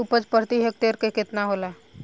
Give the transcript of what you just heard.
उपज प्रति हेक्टेयर केतना होला?